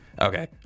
Okay